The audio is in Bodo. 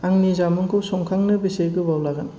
आंनि जामुखौ संखांनो बेसे गोबाव लागोन